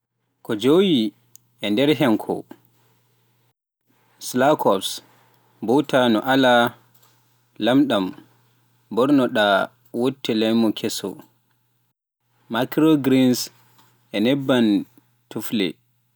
Ko joyi e nder heen ko, Scallops, Butter mo alaa lamɗam, Ɓoorno-ɗaa wutte limoŋ keso, Microgreens e Nebam Truffle